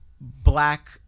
black